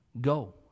Go